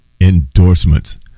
endorsements